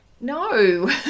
No